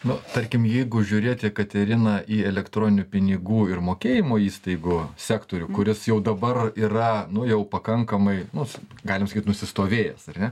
nu tarkim jeigu žiūrėt jakaterina į elektroninių pinigų ir mokėjimo įstaigų sektorių kuris jau dabar yra nu jau pakankamai nus galim sakyt nusistovėjęs ar ne